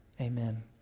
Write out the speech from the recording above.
Amen